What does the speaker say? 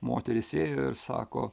moteris ėjo ir sako